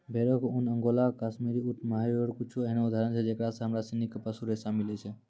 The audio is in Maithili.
भेड़ो के ऊन, अंगोला, काश्मीरी, ऊंट, मोहायर कुछु एहनो उदाहरण छै जेकरा से हमरा सिनी के पशु रेशा मिलै छै